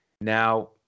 Now